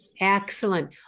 Excellent